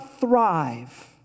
thrive